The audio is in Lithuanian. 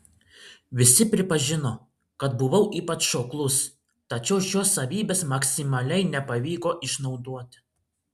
visi pripažino kad buvau ypač šoklus tačiau šios savybės maksimaliai nepavyko išnaudoti